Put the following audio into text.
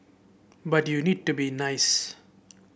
but you need to be nice